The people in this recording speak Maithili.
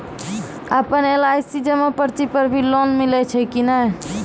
आपन एल.आई.सी जमा पर्ची पर भी लोन मिलै छै कि नै?